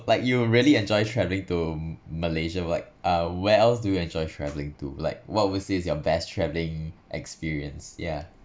like you really enjoy travelling to malaysia right uh where else do you enjoy travelling to like what would say is your best travelling experience yeah